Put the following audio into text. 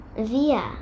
via